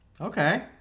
Okay